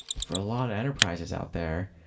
for a lot of enterprises out there,